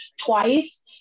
twice